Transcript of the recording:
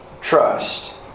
trust